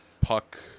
puck